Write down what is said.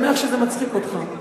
אני שמח שזה מצחיק אותך.